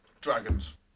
Dragons